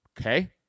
okay